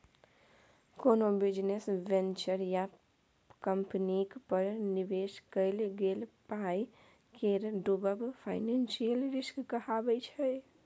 कोनो business venture या कंपनीक पर निबेश कएल गेल पाइ केर डुबब फाइनेंशियल रिस्क कहाबै छै